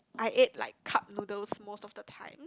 I ate like cup noodles most of the time